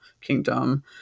Kingdom